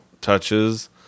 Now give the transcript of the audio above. touches